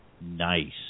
Nice